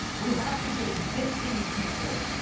we have to get existing people